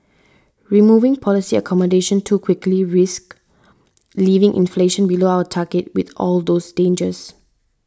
removing policy accommodation too quickly risks leaving inflation below our target with all those dangers